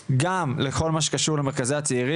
התקציבים, של המימון, של התקנים.